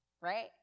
right